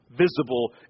visible